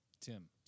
Tim